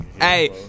Hey